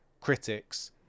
critics